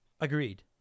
Agreed